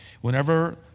Whenever